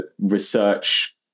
research